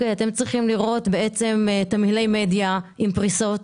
אתם צריכים לראות תמלילי מדיה עם פריסות